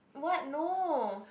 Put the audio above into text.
what no